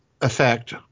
effect